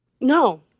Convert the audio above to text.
No